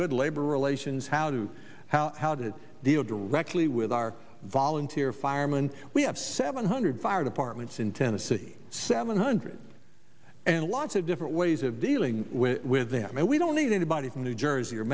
good labor relations how do how how to deal directly with our volunteer firemen we have seven hundred fire departments in tennessee seven hundred and lots of different ways of dealing with them and we don't need anybody from new jersey or